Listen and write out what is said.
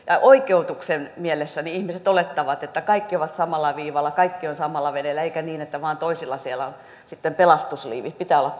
oikeutuksen mielessä ihmiset olettavat että kaikki ovat samalla viivalla kaikki ovat samassa veneessä eikä niin että vain toisilla siellä on pelastusliivit pitää olla